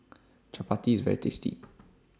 Chapati IS very tasty